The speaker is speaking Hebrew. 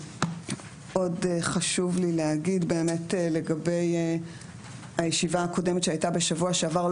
עוד חשוב לי להגיד באמת לגבי הישיבה הקודמת שהייתה בשבוע שעבר,